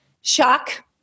Shock